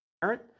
parent